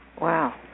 Wow